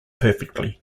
perfectly